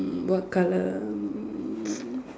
what colour mm